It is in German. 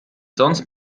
sonst